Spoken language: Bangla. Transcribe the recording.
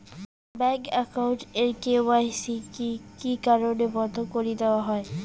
ব্যাংক একাউন্ট এর কে.ওয়াই.সি কি কি কারণে বন্ধ করি দেওয়া হয়?